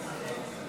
חבר הכנסת קריב,